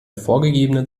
vorgegebenen